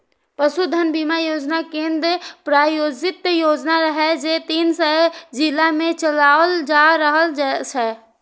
पशुधन बीमा योजना केंद्र प्रायोजित योजना रहै, जे तीन सय जिला मे चलाओल जा रहल छै